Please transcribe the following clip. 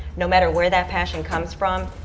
no matter where that passion comes from,